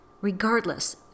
regardless